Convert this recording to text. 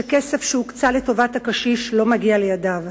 שכסף שהוקצה לטובת הקשיש לא מגיע לידיו.